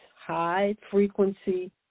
high-frequency